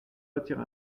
retiré